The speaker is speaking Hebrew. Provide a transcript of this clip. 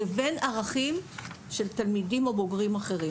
לבין ערכים של תלמידים אחרים.